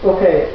Okay